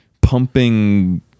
pumping